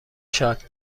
شاد